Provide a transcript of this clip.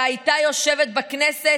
שהייתה יושבת בכנסת,